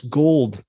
gold